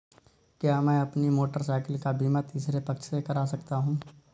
क्या मैं अपनी मोटरसाइकिल का बीमा तीसरे पक्ष से करा सकता हूँ?